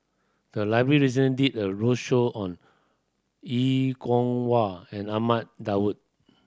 the library recently did a roadshow on Er Kwong Wah and Ahmad Daud